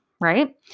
right